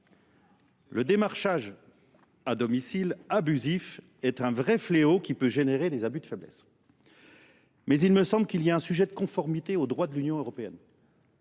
Le démarchage à domicile abusif est un vrai fléau qui peut générer des abus de faiblesse. Mais il me semble qu'il y a un sujet de conformité aux droits de l'Union européenne.